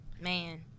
Man